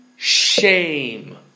Shame